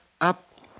up